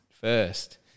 first